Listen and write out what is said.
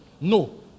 No